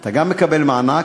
אתה גם מקבל מענק,